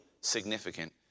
significant